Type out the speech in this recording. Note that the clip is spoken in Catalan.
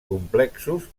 complexos